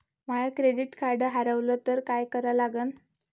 माय credit card हारवलं तर काय करा लागन?